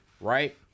right